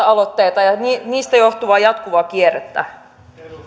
aloitteita ja niistä johtuvaa jatkuvaa kierrettä